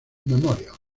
memorial